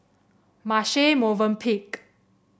Marche Movenpick